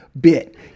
bit